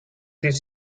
his